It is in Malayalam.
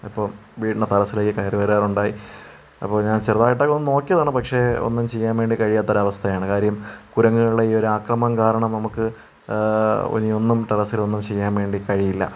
ഇപ്പോൾ വീടിൻ്റെ ടെറസ്സിലേക്ക് കയറി വരാറുണ്ടായി അപ്പോൾ ഞാൻ ചെറുതായിട്ടൊക്കെ ഒന്ന് നോക്കിയതാണ് പക്ഷേ ഒന്നും ചെയ്യാൻ വേണ്ടി കഴിയാത്തൊരവസ്ഥയാണ് കാര്യം കുരങ്ങുകളുടെ ഈ ഒരാക്രമം കാരണം നമുക്ക് ഇനി ഒന്നും ടെറസ്സിലൊന്നും ചെയ്യാൻ വേണ്ടി കഴിയില്ല